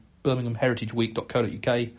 BirminghamHeritageWeek.co.uk